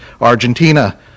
Argentina